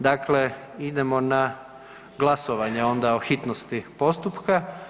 Dakle idemo na glasovanje onda o hitnosti postupka.